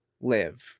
live